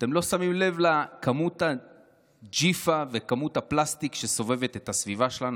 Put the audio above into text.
אתם לא שמים לב לכמות הג'יפה וכמות הפלסטיק שסובבת את הסביבה שלנו?